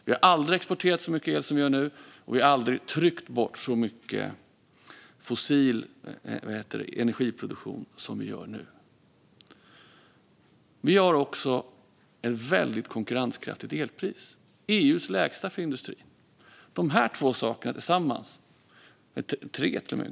Vi har aldrig exporterat så mycket el som vi gör nu, och vi har aldrig tryckt bort så mycket fossil energiproduktion som vi gör nu. Vi har också ett väldigt konkurrenskraftigt elpris, EU:s lägsta för industri.